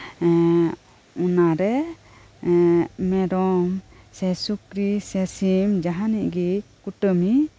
ᱚᱱᱟᱨᱮ ᱢᱮᱨᱚᱢ ᱥᱮ ᱥᱩᱠᱨᱤ ᱥᱮ ᱥᱤᱢ ᱡᱟᱦᱟᱱᱤᱡ ᱜᱤ ᱠᱩᱴᱟᱹᱢᱤ